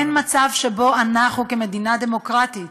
אין מצב שאנחנו כמדינה דמוקרטית